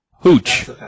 Hooch